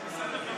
זה בסדר גמור,